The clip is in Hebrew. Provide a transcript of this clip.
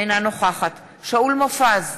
אינה נוכחת שאול מופז,